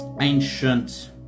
ancient